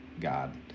God